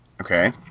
okay